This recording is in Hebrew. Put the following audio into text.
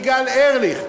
יגאל ארליך,